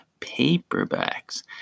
paperbacks